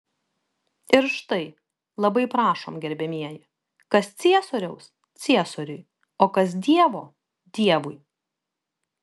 ir štai labai prašom gerbiamieji kas ciesoriaus ciesoriui o kas dievo dievui